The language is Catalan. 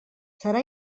serà